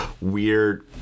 weird